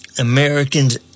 Americans